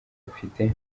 afite